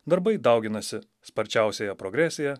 darbai dauginasi sparčiausiąja progresija